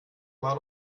war